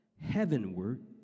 heavenward